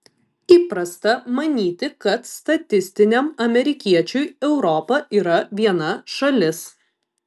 įprasta manyti kad statistiniam amerikiečiui europa yra viena šalis